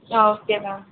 ah okay ma'am